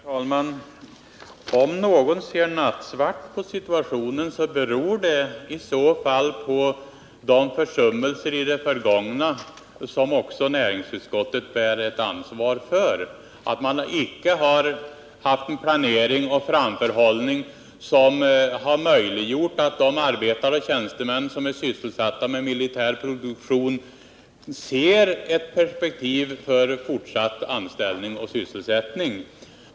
Herr talman! Om någon ser nattsvart på situationen beror det på de försummelser i det förgångna som näringsutskottet också bär ett ansvar för. Man har inte haft en planering och framförhållning som har möjliggjort att de arbetare och tjänstemän som är sysselsatta med militär produktion ser ett perspektiv för fortsatt sysselsättning.